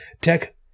tech